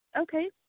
Okay